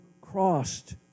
crossed